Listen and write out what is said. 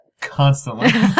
constantly